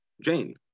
Jane